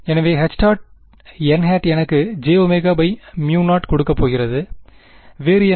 எனவே H ·n எனக்கு jω0 கொடுக்கப் போகிறது வேறு என்ன